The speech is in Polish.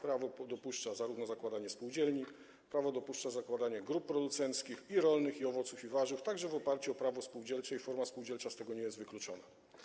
Prawo dopuszcza zakładanie spółdzielni, prawo dopuszcza zakładanie grup producenckich i rolnych, producentów i owoców, i warzyw, także w oparciu o prawo spółdzielcze, forma spółdzielcza z tego nie jest wykluczona.